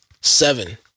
seven